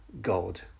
God